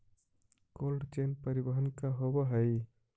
Cold chain परिवहन का होव हइ?